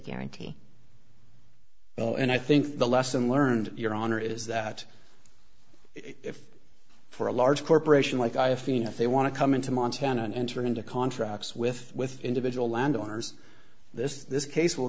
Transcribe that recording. guarantee and i think the lesson learned your honor is that if for a large corporation like i feel if they want to come into montana and enter into contracts with with individual landowners this this case will